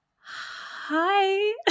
hi